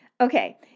Okay